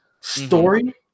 Story